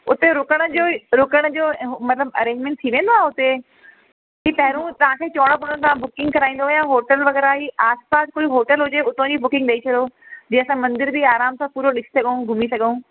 हुते रुकण जो ई रुकण जो ऐं उहो मतिलबु अरेंजमैंट थी वेंदो आहे हुते की पहिरियों तव्हांखे चवणो पवंदो आहे बुकिंग कराईंदो या होटल वग़ैरह जी आसि पासि कोई होटल हुजे हुतां जी बुकिंग ॾेई छॾो जीअं असां मंदर बि आराम सां पूरो ॾिसी सघूं घुमी सघूं